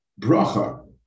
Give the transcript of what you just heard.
bracha